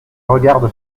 regarde